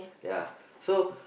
ya so